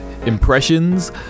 impressions